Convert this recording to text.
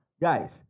guys